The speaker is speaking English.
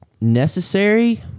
necessary